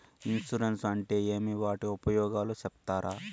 Insurance అంటే ఏమి? వాటి ఉపయోగాలు సెప్తారా?